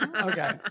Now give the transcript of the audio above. Okay